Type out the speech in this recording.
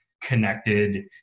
connected